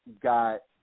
got